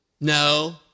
No